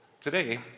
Today